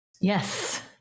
Yes